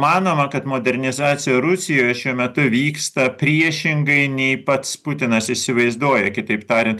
manoma kad modernizacija rusijoje šiuo metu vyksta priešingai nei pats putinas įsivaizduoja kitaip tariant